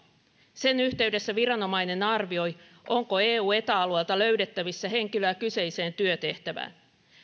sen yhteydessä viranomainen arvioi onko eu ja eta alueelta löydettävissä henkilöä kyseiseen työtehtävään